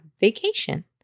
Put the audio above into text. vacation